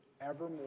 evermore